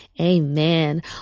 Amen